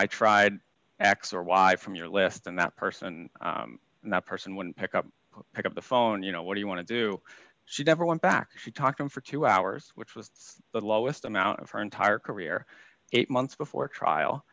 i tried x or y from your list and that person and that person wouldn't pick up pick up the phone you know what do you want to do she never went back she talked him for two hours which was the lowest amount of her entire career eight months before trial